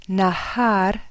nahar